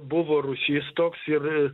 buvo rūsys toks ir